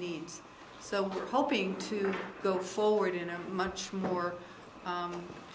needs so we're hoping to go forward in a much more